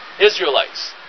Israelites